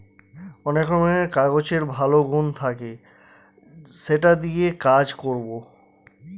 অনেক রকমের কাগজের ভালো গুন থাকে সেটা দিয়ে কাজ করবো